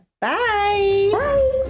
Bye